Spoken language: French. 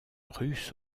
russe